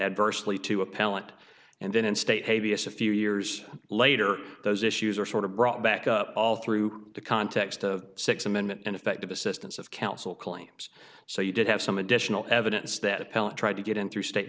adversely to appellant and then in state hey vs a few years later those issues are sort of brought back up all through the context of six amendment ineffective assistance of counsel claims so you did have some additional evidence that appellant tried to get in through state